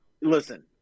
Listen